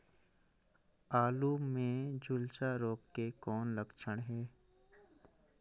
आलू मे झुलसा रोग के कौन लक्षण हे?